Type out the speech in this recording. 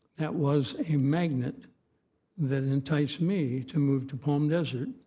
that was a magnet that enticed me to move to palm desert,